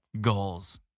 Goals